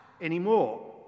anymore